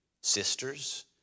sisters